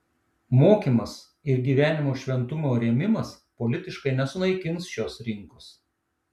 mokymas ir gyvenimo šventumo rėmimas politiškai nesunaikins šios rinkos